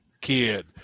kid